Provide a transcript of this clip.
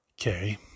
Okay